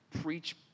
preach